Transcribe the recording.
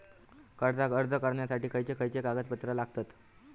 कर्जाक अर्ज करुच्यासाठी खयचे खयचे कागदपत्र लागतत